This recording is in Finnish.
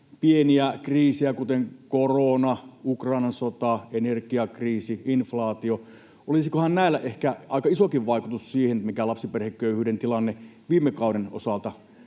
pieniä kriisejä kuin korona, Ukrainan sota, energiakriisi, inflaatio. Olisikohan näillä ehkä aika isokin vaikutus siihen, mikä lapsiperheköyhyyden tilanne viime kauden osalta